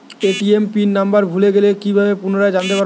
ATM pin number ভুলে গেলে কি ভাবে পুনরায় জানতে পারবো?